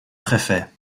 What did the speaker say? préfets